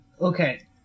okay